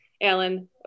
Alan